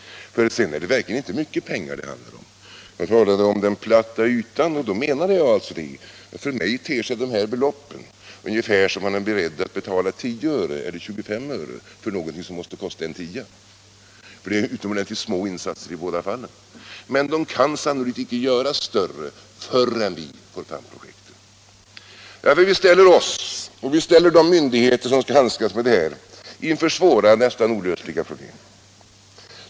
Det är ju verkligen inte mycket pengar det gäller. Jag talade om den platta ytan. För mig ter sig dessa belopp som om man skulle betala 10 eller 25 öre för något som måste kosta en tia. Det är utomordentligt små insatser i båda fallen. De kan dock sannolikt icke göras större förrän vi får fram projekt. Vi ställer oss och de myndigheter som skall handskas med detta inför svåra, nästan olösliga problem.